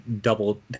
double